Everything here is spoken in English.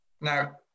Now